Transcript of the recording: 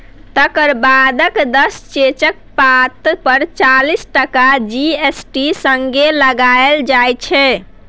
तकर बादक दस चेकक पात पर चालीस टका जी.एस.टी संगे लगाएल जाइ छै